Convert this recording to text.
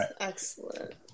Excellent